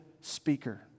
speaker